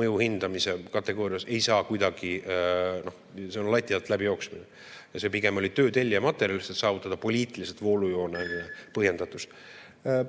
mõju hindamise kategoorias ei saa kuidagi ... Noh, see on lati alt läbijooksmine. See pigem oli töö tellija materjalist, et saavutada poliitiliselt voolujooneline põhjendatus.